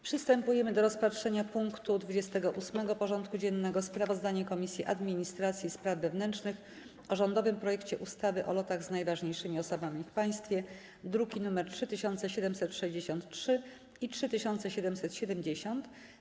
Przystępujemy do rozpatrzenia punktu 28. porządku dziennego: Sprawozdanie Komisji Administracji i Spraw Wewnętrznych o rządowym projekcie ustawy o lotach z najważniejszymi osobami w państwie (druki nr 3763 i 3770)